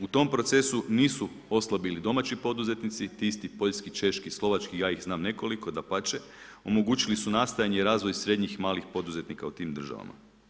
U tom procesu nisu oslabili domaći poduzetnici, ti isti poljski, češki, slovački, ja ih znam nekoliko, dapače, omogućili su nastajanje i razvoj srednjih i malih poduzetnika u tim državama.